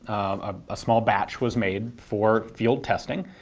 ah a small batch was made for field testing.